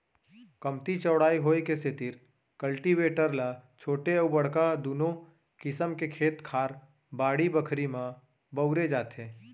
कमती चौड़ाई होय के सेतिर कल्टीवेटर ल छोटे अउ बड़का दुनों किसम के खेत खार, बाड़ी बखरी म बउरे जाथे